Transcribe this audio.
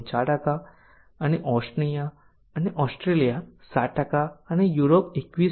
4 અને ઓશનિયા અને ઓસ્ટ્રેલિયા 7 અને યુરોપ 21